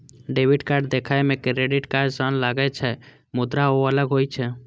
debit card देखै मे credit card सन लागै छै, मुदा ओ अलग होइ छै